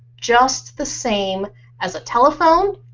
just the same as a telephone,